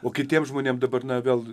o kitiem žmonėm dabar na vėl